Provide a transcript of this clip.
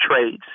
trades